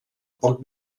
poc